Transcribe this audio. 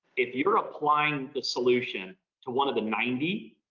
if you're applying the solution to one of the ninety,